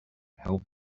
help